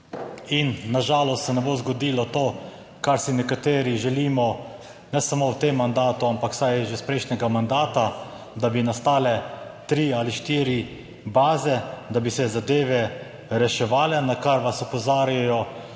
in na žalost se ne bo zgodilo to kar si nekateri želimo, ne samo v tem mandatu, ampak vsaj že iz prejšnjega mandata, da bi nastale tri ali štiri baze, da bi se zadeve reševale, na kar vas opozarjajo,